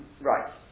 right